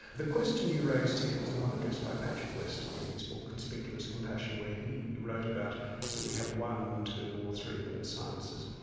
the question you raised here is the one addressed by patrick west in his book conspicuous compassion where he wrote about do we have one, two or three minutes silences.